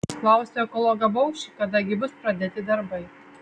klausiau ekologą baušį kada gi bus pradėti darbai